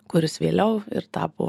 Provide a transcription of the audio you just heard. kuris vėliau ir tapo